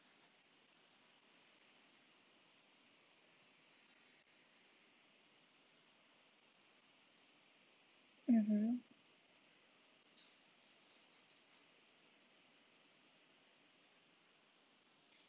mmhmm